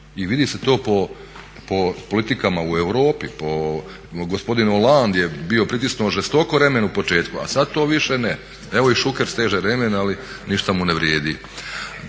i vidi se to po politikama u Europi, po gospodinu Olandu koji je bio pritisnuo žestoko remen u početku a sad to više ne. Evo i Šuker steže remen ali ništa mu ne vrijedi.